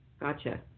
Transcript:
Gotcha